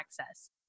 access